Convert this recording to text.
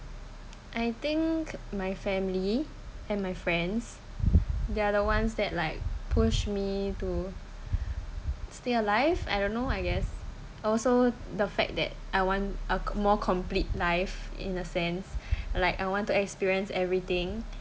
I think my family and my friends they're other ones that like push me to stay alive I don't know I guess also the fact that I want a more complete life in a sense like I want to experience everything